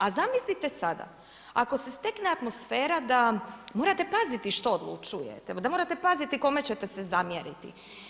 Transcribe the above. A zamislite sada ako se stekne atmosfera da morate paziti što odlučujete, da morate paziti kome ćete se zamjeriti.